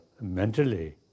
mentally